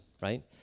right